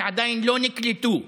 שעדיין לא נקלטו.